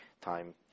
time